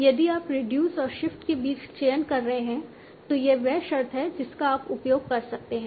यदि आप रिड्यूस और शिफ्ट के बीच चयन कर रहे हैं तो यह वह शर्त है जिसका आप उपयोग कर सकते हैं